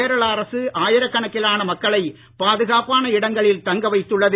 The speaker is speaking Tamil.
கேரள அரசு ஆயிரக் கணக்கிலான மக்களை பாதுகாப்பான இடங்களில் தங்க வைத்துள்ளது